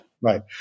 Right